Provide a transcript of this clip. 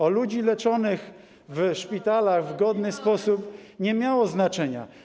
o ludzi leczonych w szpitalach w godny sposób nie miało znaczenia.